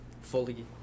fully